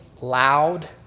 loud